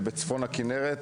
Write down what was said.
שבצפון הכינרת,